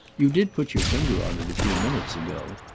you did put your finger on it a few minutes ago.